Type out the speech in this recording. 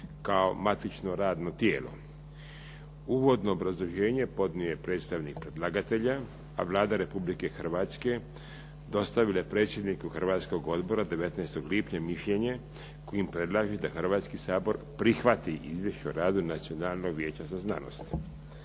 kao matično radno tijelo. Uvodno obrazloženje podnio je predstavnik predlagatelja a Vlada Republike Hrvatske dostavila je predsjedniku Hrvatskoga odbora 19. lipnja mišljenje kojim predlaže da Hrvatski sabor prihvati Izvješće o radu Nacionalnog vijeća za znanost.